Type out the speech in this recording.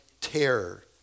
terror